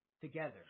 together